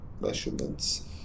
measurements